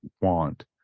want